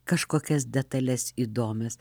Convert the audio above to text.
kažkokias detales įdomias